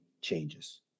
changes